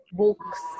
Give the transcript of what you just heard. books